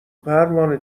پروانه